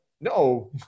no